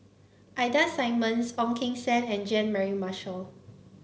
Ida Simmons Ong Keng Sen and Jean Mary Marshall